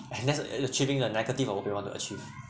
and that's uh achieving the negative of do you want to achieve